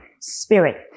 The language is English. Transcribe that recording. Spirit